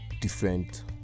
different